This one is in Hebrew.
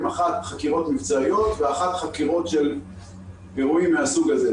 האחת חקירות מבצעיות ואחת חקירות של אירועים מהסוג הזה.